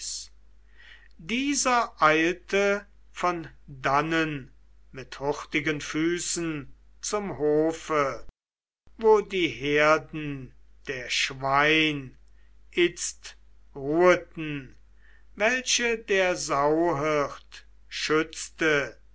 dieser eilte von dannen mit hurtigen füßen zum hofe wo die herden der schwein itzt ruheten welche der sauhirt schützte